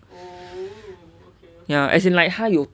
as in like 她有:tae you